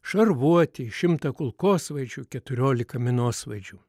šarvuotį šimtą kulkosvaidžių keturiolika minosvaidžių